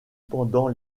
pendant